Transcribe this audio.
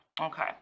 Okay